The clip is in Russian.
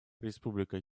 республика